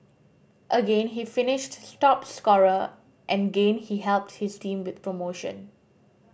again he finished top scorer and gain he helped his team win promotion